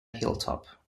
hilltop